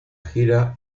gira